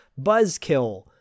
Buzzkill